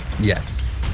Yes